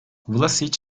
vlasiç